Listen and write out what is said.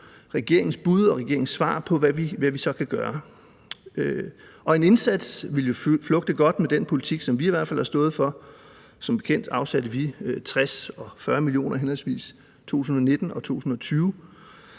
regeringens bud og regeringens svar på, hvad vi så kan gøre. Og en indsats ville jo flugte godt med den politik, som vi i hvert fald har stået for. Som bekendt afsatte vi 60 mio. kr. og 40 mio. kr. i henholdsvis 2019 og 2020.